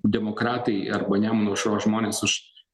demokratai arba nemuno aušros žmonės už